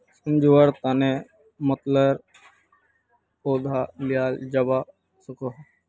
सम्झुआर तने मतरेर पौधा लियाल जावा सकोह